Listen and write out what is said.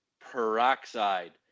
peroxide